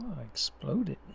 exploded